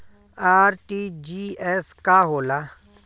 RTGS का होला?